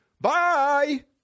Bye